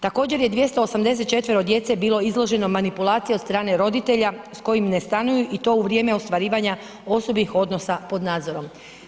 Također je 284 djece bilo izloženo manipulacijama od strane roditelja s kojim ne stanuju i to u vrijeme ostvarivanja osobnih odnosa pod nadzorom.